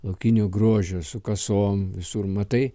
laukiniu grožiu su kasom visur matai